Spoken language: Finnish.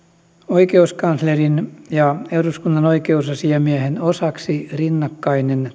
oikeuskanslerin ja eduskunnan oikeusasiamiehen osaksi rinnakkainen